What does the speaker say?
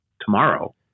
tomorrow